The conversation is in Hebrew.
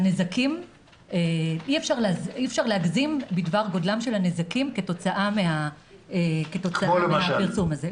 אי אפשר להגזים בדבר גודלם של הנזקים כתוצאה מהפרסום הזה.